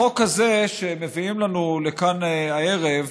החוק הזה שמביאים לנו לכאן הערב